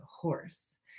horse